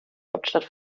hauptstadt